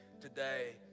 today